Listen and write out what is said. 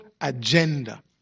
agenda